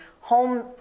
Home